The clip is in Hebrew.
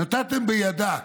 נתתם בידה,